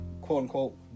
quote-unquote